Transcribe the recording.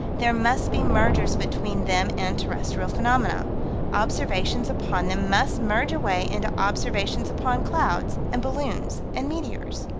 there must be mergers between them and terrestrial phenomena observations upon them must merge away into observations upon clouds and balloons and meteors.